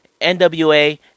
NWA